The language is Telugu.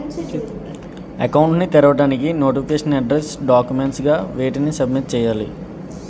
అకౌంట్ ను తెరవటానికి వెరిఫికేషన్ అడ్రెస్స్ డాక్యుమెంట్స్ గా వేటిని సబ్మిట్ చేయాలి?